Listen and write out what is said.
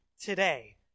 today